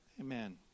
Amen